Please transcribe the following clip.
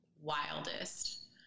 wildest